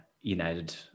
United